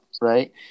right